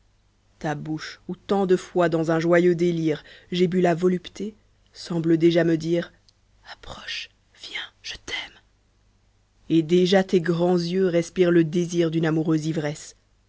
ta bouche où tant de fois dans un joyeux délire j'ai bu la volupté semblé déjà me dire approche viens je t'aime et déjà tes grands yeux respirent le désir d'une amoureuse ivresse